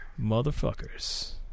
Motherfuckers